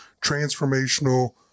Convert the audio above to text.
Transformational